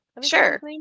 Sure